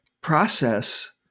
process